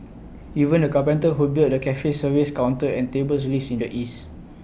even the carpenter who built the cafe's service counter and tables lives in the east